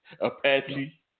Apache